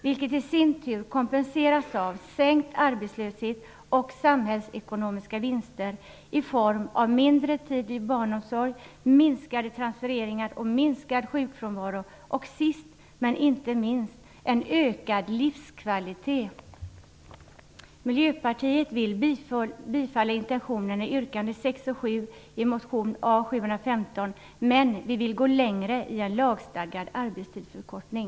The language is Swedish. Detta kompenseras i sin tur av sänkt arbetslöshet och samhällsekonomiska vinster i form av mindre tid i barnomsorg, minskade transfereringar, minskad sjukfrånvaro och sist men inte minst en ökad livskvalitet. Miljöpartiet vill bifalla intentionerna i yrkandena 6 och 7 i motion A715, men vi vill gå längre och införa en lagstadgad arbetstidsförkortning.